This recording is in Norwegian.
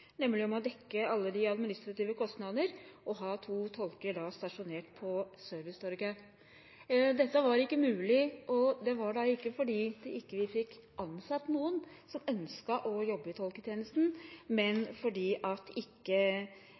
å dekke alle de administrative kostnadene ved å ha to tolker stasjonert på Servicetorget. Dette var ikke mulig – ikke fordi vi ikke fikk ansatt noen som ønsket å jobbe i tolketjenesten, men fordi Nav Drammen da ikke